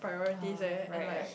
uh right right